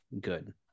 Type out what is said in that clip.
good